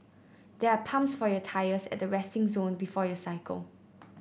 there are pumps for your tyres at the resting zone before you cycle